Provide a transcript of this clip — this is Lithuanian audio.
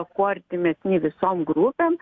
kuo artimesni visom grupėm